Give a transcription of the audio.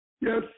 Yes